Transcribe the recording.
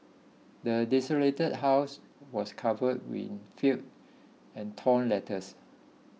the desolated house was covered in filth and torn letters